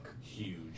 Huge